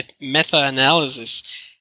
meta-analysis